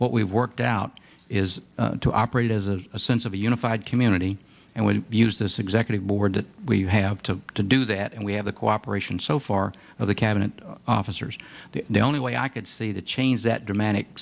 what we've worked out is to operate as a sense of a unified community and we use this executive board that we have to to do that and we have the cooperation so far of the cabinet officers the only way i could see the change that dramatic